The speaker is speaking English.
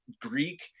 Greek